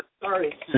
Sorry